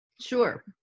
sure